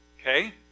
okay